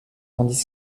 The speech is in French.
tandis